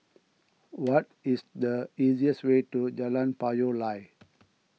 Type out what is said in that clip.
what is the easiest way to Jalan Payoh Lai